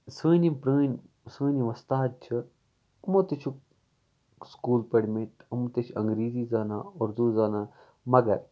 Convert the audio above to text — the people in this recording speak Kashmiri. سٲنۍ یِم پرٲنۍ سٲنۍ یِم وۄستاد چھِ یِمو تہِ چھُ سکوٗل پٔرمٕتۍ یِم تہِ چھِ اَنگریٖزی زانان اُردو زانان مَگر